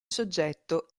soggetto